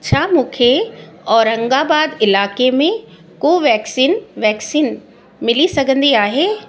छा मूंखे औरंगाबाद इलाइक़े में कोवेक्सीन वैक्सीन मिली सघंदी आहे